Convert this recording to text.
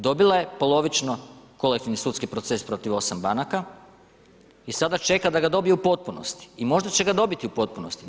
Dobila je polovično kolektivni sudski proces protiv 8 banaka i sada čeka da ga dobije u potpunosti i možda će ga dobiti u potpunosti.